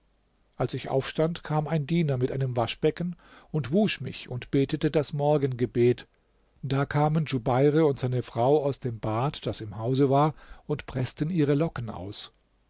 als ich aufstand kam ein diener mit einem waschbecken ich wusch mich und betete das morgengebet da kamen djubeir und seine frau aus dem bad das im hause war und preßten ihre locken aus